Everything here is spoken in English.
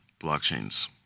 blockchains